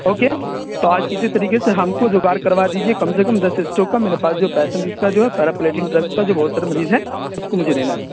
okay تو آج کسی طریقے سے ہم کو جگاڑ کروا دیجیے کم سے کم دس اسٹاک کا میرے پاس جو پیسنٹ اس کا جو ہے پیراپلیٹنگ ڈرگس کا جو بہت سارے مریض ہیں اس کو مجھے دینا ہیں